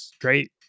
great